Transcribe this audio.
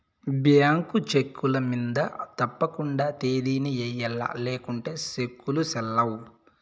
bank చెక్కుల మింద తప్పకండా తేదీని ఎయ్యల్ల లేకుంటే సెక్కులు సెల్లవ్